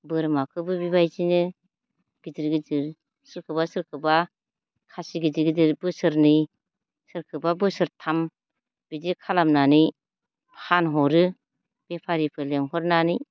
बोरमाखोबो बेबायदिनो गिदिर गिदिर सोरखौबा सोरखौबा खासि गिदिर गिदिर बोसोरनै सोरखोबा बोसोरथाम बिदि खालामनानै फानहरो बेफारिफोर लिंहरनानै